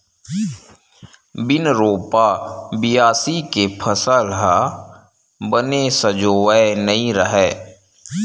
बिन रोपा, बियासी के फसल ह बने सजोवय नइ रहय